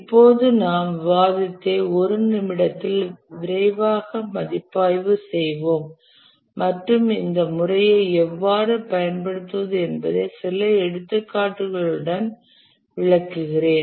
இப்போது நாம் விவாதித்ததை ஒரு நிமிடத்தில் விரைவாக மதிப்பாய்வு செய்வோம் மற்றும் இந்த முறையை எவ்வாறு பயன்படுத்துவது என்பதை சில எடுத்துக்காட்டுகளுடன் விளக்குகிறேன்